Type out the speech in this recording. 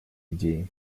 идеи